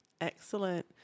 Excellent